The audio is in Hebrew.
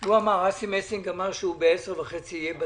אסי מסינג אמר שב-10:30 הוא יהיה בזום.